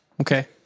Okay